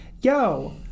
Yo